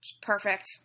Perfect